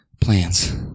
plans